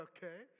Okay